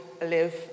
live